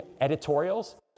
editorials